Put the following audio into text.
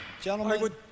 Gentlemen